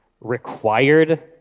required